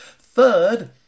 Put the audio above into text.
Third